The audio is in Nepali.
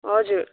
हजुर